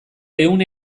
ehun